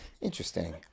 Interesting